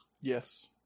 Yes